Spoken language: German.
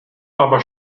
aber